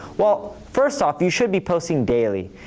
well, first off, you should be posting daily,